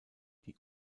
die